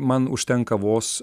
man užtenka vos